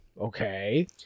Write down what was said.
Okay